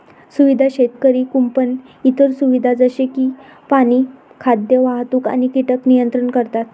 सुविधा शेतकरी कुंपण इतर सुविधा जसे की पाणी, खाद्य, वाहतूक आणि कीटक नियंत्रण करतात